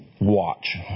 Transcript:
Watch